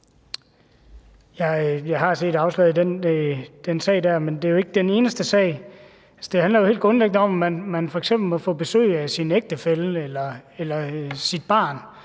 Jeg har set afslaget i den der sag, men det er jo ikke den eneste sag. Det handler jo helt grundlæggende om, om man f.eks. må få besøg af sin ægtefælle eller sit barn,